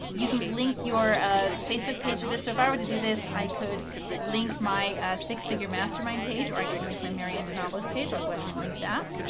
you can link your ah facebook page with this. so, if i would do this i could link my six figure mastermind page or i can link my marianne denovellis page. i'll go ahead and link that.